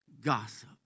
gossip